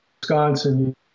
Wisconsin